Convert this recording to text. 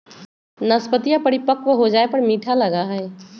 नाशपतीया परिपक्व हो जाये पर मीठा लगा हई